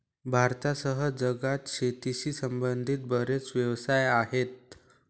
भारतासह जगात शेतीशी संबंधित बरेच व्यवसाय आहेत